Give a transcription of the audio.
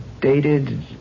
Dated